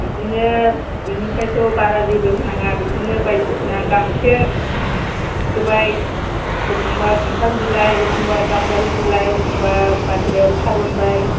बिदिनो बिनिफ्रायथ' बारा जेबो होनाङा बिदिनो बायदिसिना गांसो होबाय एखमब्ला खान्थाल बिलाइ एखमब्ला गाम्बारि बिलाइ एखमब्ला बाहेरायाव खारनबाय